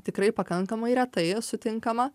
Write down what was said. tikrai pakankamai retai sutinkama